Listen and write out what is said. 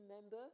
member